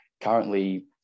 currently